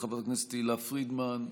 חברת הכנסת תהלה פרידמן,